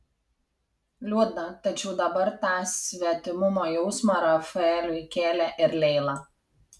liūdna tačiau dabar tą svetimumo jausmą rafaeliui kėlė ir leila